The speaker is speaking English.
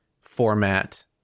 format